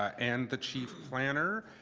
and the chief planner.